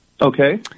Okay